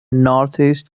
northeast